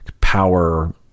power